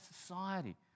society